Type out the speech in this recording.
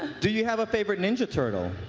do you have a favorite ninja turtle.